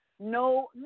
No